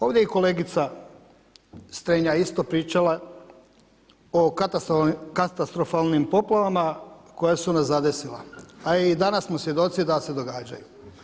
Ovdje je i kolegica Strenja isto pričala o katastrofalnim poplavama koje su nas zadesile, a i danas smo svjedoci da se događaju.